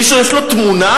מישהו, יש לו תמונה?